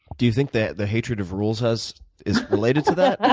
do you think that the hatred of rules has is related to that? ah